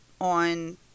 on